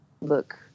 look